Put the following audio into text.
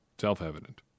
self-evident